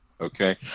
Okay